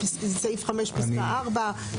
סעיף 5 פסקה (4).